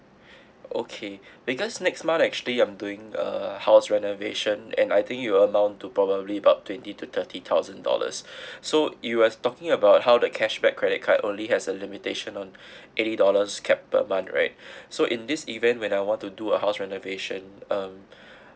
okay because next month actually I'm doing uh house renovation and I think you amount to probably about twenty to thirty thousand dollars so you are talking about how the cashback credit card only has a limitation on eighty dollars cap per month right so in this event when I want to do a house renovation um